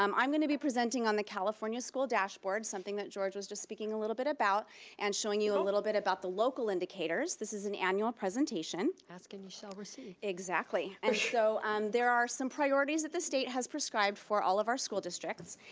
um i'm gonna be presenting on the california school dashboard, something that george was just speaking a little bit about and showing you a little bit about the local indicators. this is an annual presentation. ask and you shall receive. exactly. and and there are some priorities that the state has prescribed for all of our school districts,